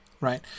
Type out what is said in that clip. right